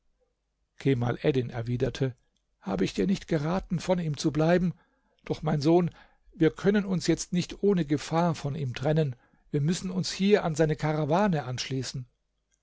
kemal eddin erwiderte habe ich dir nicht geraten von ihm zu bleiben doch mein sohn wir können uns jetzt nicht ohne gefahr von ihm trennen wir müssen uns hier an seine karawane anschließen